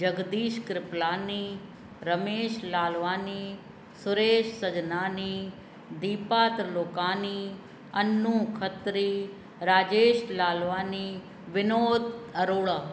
Jagdish Kripalani Ramesh Lalwani Suresh Sajnani Deepa Trilokani Anu Khatri Rajesh Lalwani Vinod Arora